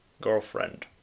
girlfriend